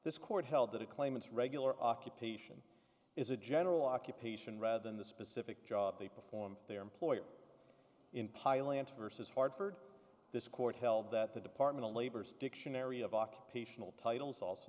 this court held that it claimants regular occupation is a general occupation rather than the specific job they perform their employer in piling into versus hartford this court held that the department of labor's dictionary of occupational titles also